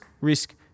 risk